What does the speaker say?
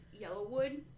Yellowwood